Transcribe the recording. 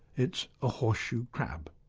it's a horseshoe crab.